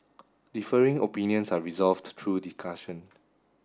differing opinions are resolved through discussion